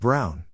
Brown